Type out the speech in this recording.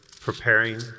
preparing